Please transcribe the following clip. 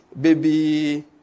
baby